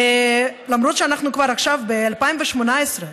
ולמרות שאנחנו עכשיו כבר ב-2018,